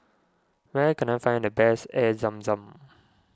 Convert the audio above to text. where can I find the best Air Zam Zam